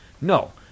No